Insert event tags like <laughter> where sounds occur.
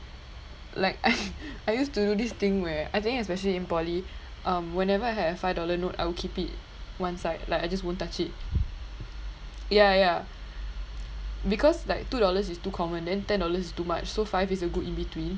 like I <laughs> I used to do this thing where I think especially in poly um whenever I had a five dollar note I will keep it once like I just won't touch it ya ya because like two dollars is too common then ten dollars is too much so five is a good in between